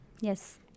Yes